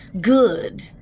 Good